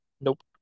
Nope